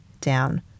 down